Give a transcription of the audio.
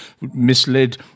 misled